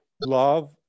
love